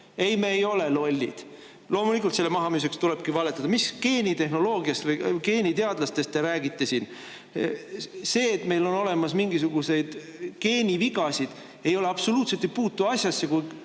Ei, me ei ole lollid! Loomulikult, selle mahamüümiseks tulebki valetada. Mis geenitehnoloogiast või geeniteadlastest te räägite siin? See, et meil on olemas mingisuguseid geenivigasid, absoluutselt ei puutu asjasse. Kui